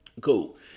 cool